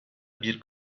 bir